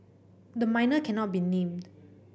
the minor cannot be named